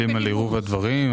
אנחנו מתנצלים על עירוב הדברים.